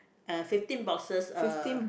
uh fifteen boxes uh